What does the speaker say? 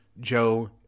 Joe